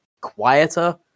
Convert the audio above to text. quieter